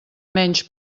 menys